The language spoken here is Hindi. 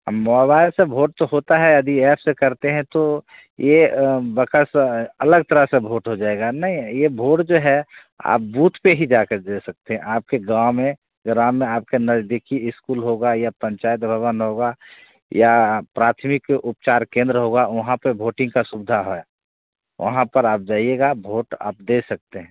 अ मोबाईल से भोट तो होता है यदि एप से करते हैं तो ये बकस अलग तरह से भोट हो जाएगा ना ये भोट जो है आप बूथ पर ही जाके दे सकते हैं आपके गाँव में में आपके नजदीकी ईस्कूल होगा या पंचायत भवन होगा या प्राथमिक उपचार केंद्र होगा वहाँ पर भोटिङ का सुविधा है वहाँ पर आप जाइएगा भोट आप दे सकते हैं